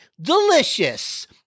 delicious